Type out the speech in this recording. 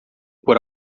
por